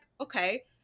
okay